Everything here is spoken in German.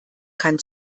kann